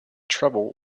trouble